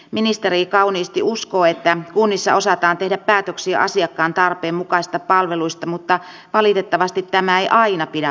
ministeri kauniisti uskoo että kunnissa osataan tehdä päätöksiä asiakkaan tarpeen mukaisista palveluista mutta valitettavasti tämä ei aina pidä paikkaansa